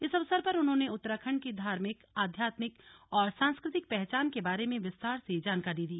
इस अवसर पर उन्होंने उत्तराखण्ड के धार्मिक आध्यात्मिक और सांस्कृतिक पहचान के बारे में विस्तार से जानकारी दी